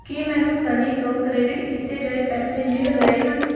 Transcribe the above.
ਕੀ ਮੈਨੂੰ ਸਨੀ ਤੋਂ ਕ੍ਰੈਡਿਟ ਕੀਤੇ ਗਏ ਪੈਸੇ ਮਿਲ ਗਏ ਹਨ